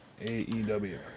AEW